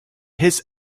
his